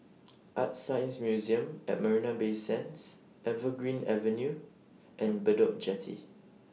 ArtScience Museum At Marina Bay Sands Evergreen Avenue and Bedok Jetty